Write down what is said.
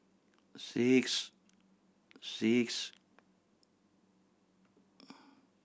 six